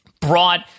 brought